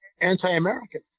anti-American